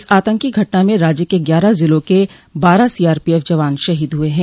इस आतंकी घटना में राज्य के ग्यारह जिलों के बारह सीआरपीएफ़ जवान शहीद हुए हैं